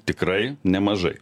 tikrai nemažai